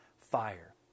fire